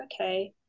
okay